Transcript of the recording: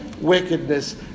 wickedness